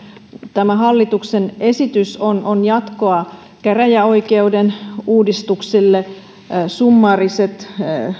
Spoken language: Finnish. tämä hallituksen esitys on on jatkoa käräjäoikeuden uudistuksille summaariset